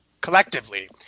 collectively